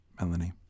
Melanie